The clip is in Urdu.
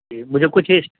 جی مجھے کچھ اس